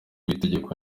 w’itegeko